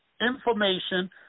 information